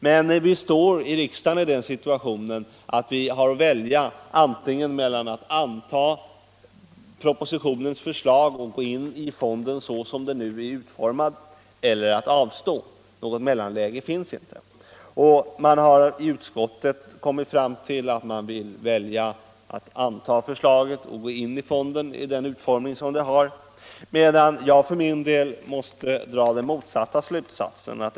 I riksdagen står vi emellertid i den situationen att vi har att välja mellan att anta propositionens förslag och gå in i fonden så som den nu är utformad eller att avstå. Något mellanläge finns inte. Man har i utskottet kommit fram till att man vill välja att anta förslaget och gå in i fonden med den utformning som den har, medan jag för min del måste dra den motsatta slutsatsen.